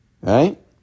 Right